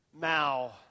Mao